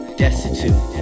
destitute